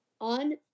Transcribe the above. on